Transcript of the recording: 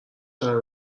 تنها